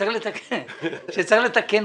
שצריך לתקן אותם.